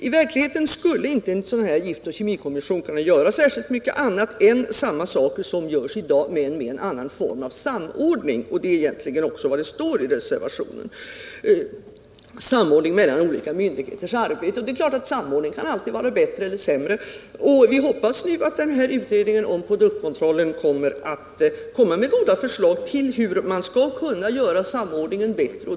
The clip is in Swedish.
I verkligheten skulle en giftoch kemikommission inte kunna göra särskilt mycket mer än det som redan görs i dag utöver det att den skulle kunna åstadkomma en annan form av samordning mellan olika myndigheters arbete. Det är egentligen också vad som står i reservationen. Samordningen kan naturligtvis alltid vara bättre eller sämre. Vi hoppas nu att utredningen om produktkontrollen kommer att lägga fram goda förslag om hur man skall kunna göra samordningen bättre.